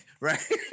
right